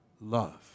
love